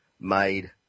made